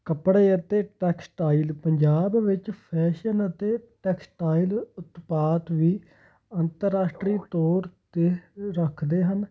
ਕੱਪੜੇ ਅਤੇ ਟੈਕਸਟਾਈਲ ਪੰਜਾਬ ਵਿੱਚ ਫੈਸ਼ਨ ਅਤੇ ਟੈਕਸਟਾਈਲ ਉਤਪਾਤ ਵੀ ਅੰਤਰਾਸ਼ਟਰੀ ਤੌਰ 'ਤੇ ਰੱਖਦੇ ਹਨ